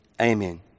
Amen